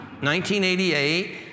1988